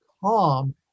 calm